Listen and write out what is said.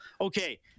okay